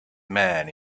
man